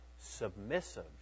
submissive